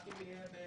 רק עם הדירוג.